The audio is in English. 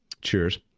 cheers